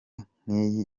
nk’iyi